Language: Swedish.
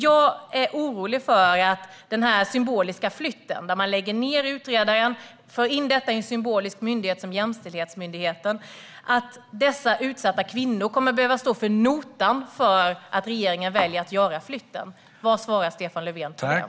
Jag är orolig för att de utsatta kvinnorna kommer att få stå för notan när regeringen väljer att avskaffa samordnaren och flytta över detta till den symboliska jämställdhetsmyndigheten. Vad svarar Stefan Löfven på det?